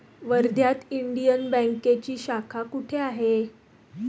वर्ध्यात इंडियन बँकेची शाखा कुठे आहे?